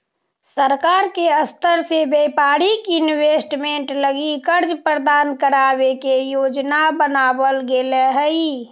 सरकार के स्तर से व्यापारिक इन्वेस्टमेंट लगी कर्ज प्रदान करावे के योजना बनावल गेले हई